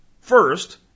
first